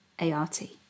A-R-T